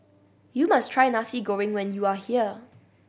you must try Nasi Goreng when you are here